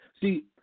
See